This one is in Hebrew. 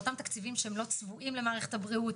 באותם תקציבים שלא צבועים למערכת הבריאות,